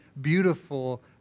beautiful